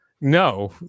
No